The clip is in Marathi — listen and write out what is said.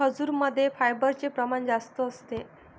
खजूरमध्ये फायबरचे प्रमाण जास्त असते